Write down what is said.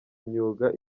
imyuga